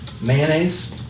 mayonnaise